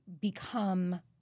become